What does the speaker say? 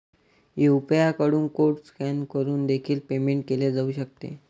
UPI कडून code scan करून देखील पेमेंट केले जाऊ शकते